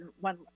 one